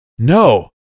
No